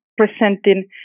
presenting